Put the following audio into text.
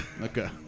Okay